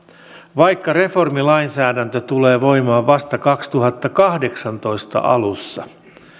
vaikka reformilainsäädäntö tulee voimaan vasta kaksituhattakahdeksantoista alussa